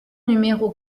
numéro